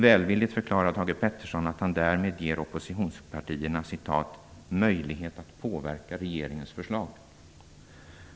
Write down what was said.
Välvilligt förklarar Thage G Peterson att han därmed ger oppositionspartierna "möjlighet att påverka regeringens förslag".